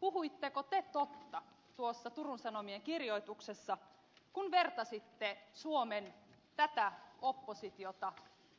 puhuitteko te totta tuossa turun sanomien kirjoituksessa kun vertasitte suomen tätä oppositiota